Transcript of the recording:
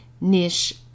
niche